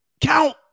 count